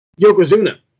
Yokozuna